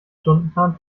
stundenplan